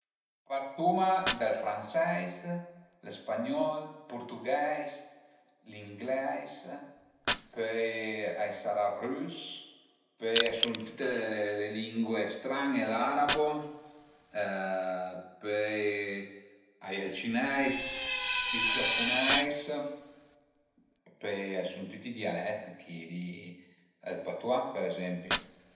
Partuma dal franseis, le spagnol, ël purtugheis, l'inglesis, pöi a i sarà ël rüs, pöi a i sun tüte le lingue stran-e, l'arabo pöi a ie ël cinesi, ël giapuneis, pöi a i sun tüti i dialèt, ël patuà për ezempi